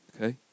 Okay